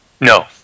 no